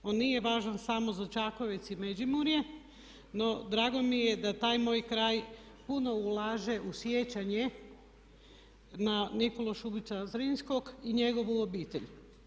On nije važan samo za Čakovec i Međimurje no drago mi je da taj moj kraj puno ulaže u sjećanje na Nikolu Šubića Zrinskog i njegovu obitelj.